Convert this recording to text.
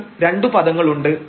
നമുക്ക് രണ്ടു പദങ്ങളുണ്ട്